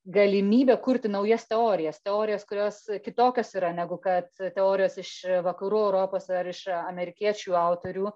galimybę kurti naujas teorijas teorijas kurios kitokios yra negu kad teorijos iš vakarų europos ar iš amerikiečių autorių